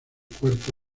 cuarto